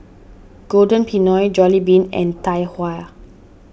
Golden Peony Jollibean and Tai Hua